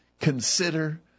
consider